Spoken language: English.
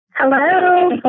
Hello